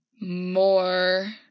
more